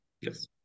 yes